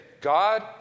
God